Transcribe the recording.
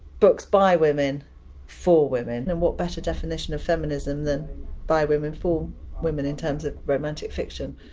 books by women for women. and what better definition of feminism than by women for women, in terms of romantic fiction?